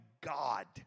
God